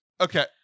Okay